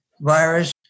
virus